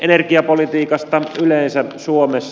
energiapolitiikasta yleensä suomessa